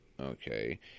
okay